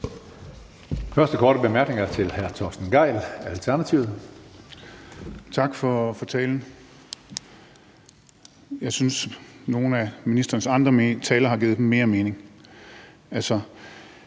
første korte bemærkning er til hr. Torsten Gejl, Alternativet. Kl. 15:31 Torsten Gejl (ALT): Tak for talen. Jeg synes, at nogle af ministerens andre taler har givet mere mening.